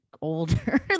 older